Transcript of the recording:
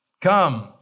Come